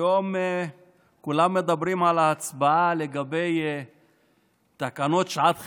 היום כולם מדברים על ההצבעה לגבי תקנות שעת חירום,